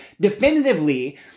definitively